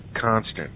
constant